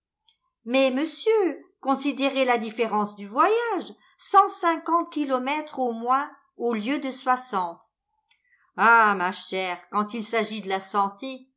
mais monsieur considérez la différence du voyage cent cinquante kilomètres au moins au lieu de soixante ah ma chère quand il s'agit de la